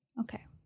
Okay